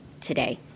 today